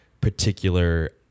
particular